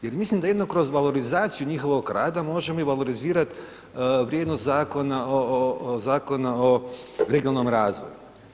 Jer mislim da jedino kroz valorizaciju njihovog rada možemo i valorizirati vrijednost Zakona o regionalnom razvoju.